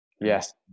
Yes